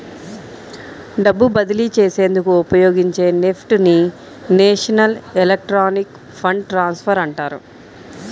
డబ్బు బదిలీ చేసేందుకు ఉపయోగించే నెఫ్ట్ ని నేషనల్ ఎలక్ట్రానిక్ ఫండ్ ట్రాన్స్ఫర్ అంటారు